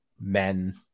men